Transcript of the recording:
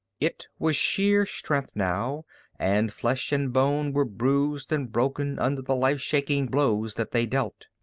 it was sheer strength now and flesh and bone were bruised and broken under the life-shaking blows that they dealt.